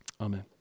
Amen